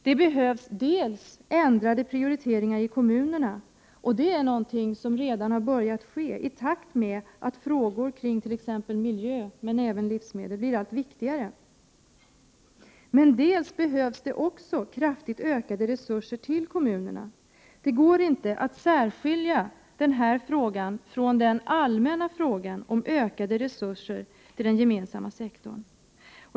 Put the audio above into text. Det behövs dels ändrade prioriteringar i kommunerna, och det är något som redan har börjat ske i takt med att frågor kring t.ex. miljö men även livsmedel blir allt viktigare. Dels behövs det också kraftigt ökade resurser till kommunerna. Det går inte att särskilja den här frågan från den allmänna frågan om ökade resurser till den gemensamma sektorn.